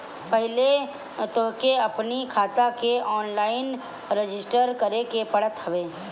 पहिले तोहके अपनी खाता के ऑनलाइन रजिस्टर करे के पड़त हवे